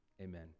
Amen